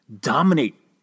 dominate